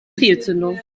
fehlzündung